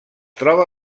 troba